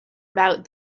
about